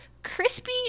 crispy